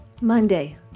Monday